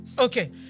Okay